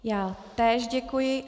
Já též děkuji.